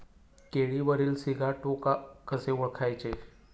केळीवरील सिगाटोका कसे ओळखायचे?